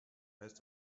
heißt